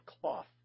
cloth